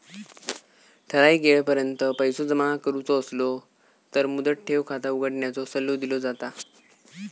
ठराइक येळेपर्यंत पैसो जमा करुचो असलो तर मुदत ठेव खाता उघडण्याचो सल्लो दिलो जाता